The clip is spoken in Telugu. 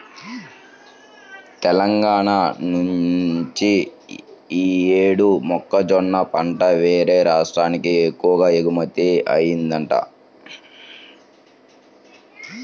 తెలంగాణా నుంచి యీ యేడు మొక్కజొన్న పంట యేరే రాష్ట్రాలకు ఎక్కువగా ఎగుమతయ్యిందంట